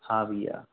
हाँ भैया